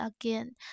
again